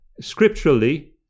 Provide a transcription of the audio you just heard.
scripturally